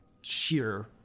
sheer